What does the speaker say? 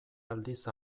aldiz